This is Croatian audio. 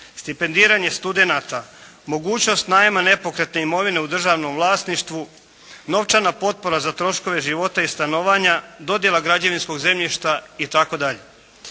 stipendiranje studenata, mogućnost najma nepokretne imovine u državnom vlasništvu, novčana potpora za troškove života i stanovanja, dodjela građevinskog zemljišta itd.